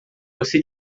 você